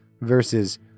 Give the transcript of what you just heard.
versus